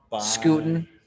scooting